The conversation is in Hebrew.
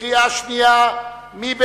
קריאה שנייה, מי בעד?